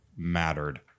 Mattered